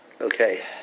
Okay